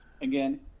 again